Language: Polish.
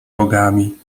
bogami